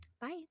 bye